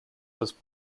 was